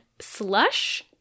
slush